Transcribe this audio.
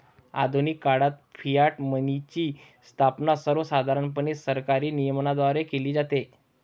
आधुनिक काळात फियाट मनीची स्थापना सर्वसाधारणपणे सरकारी नियमनाद्वारे केली जाते